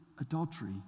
adultery